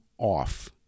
off